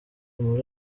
muri